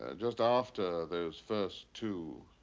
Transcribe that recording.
and just after those first two.